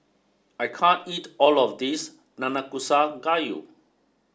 I can't eat all of this Nanakusa Gayu